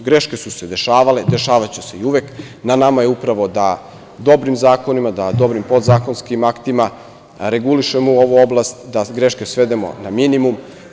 Greške su se dešavale, dešavaće se uvek, na nama je upravo da dobrim zakonima, da dobrim podzakonskim aktima regulišemo ovu oblast, da greške svedemo na minimum.